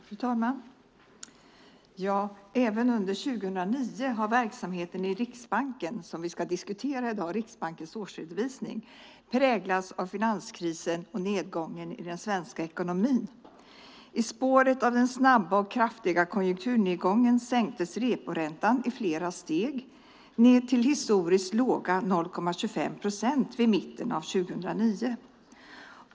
Fru talman! Även under 2009 har verksamheten i Riksbanken som vi ska diskutera i dag - Riksbankens årsredovisning - präglats av finanskrisen och nedgången i den svenska ekonomin. I spåret av den snabba och kraftiga konjunkturnedgången sänktes reporäntan i flera steg, ned till historiskt låga 0,25 procent vid mitten av 2009.